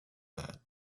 that